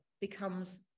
becomes